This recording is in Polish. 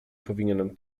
powinienem